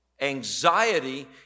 Anxiety